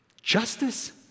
justice